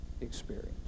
experience